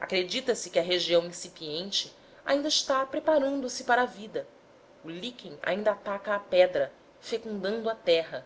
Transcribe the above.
acredita se que a região incipiente ainda está preparando-se para a vida o líquen ainda ataca a pedra fecundando a terra